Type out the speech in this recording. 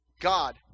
God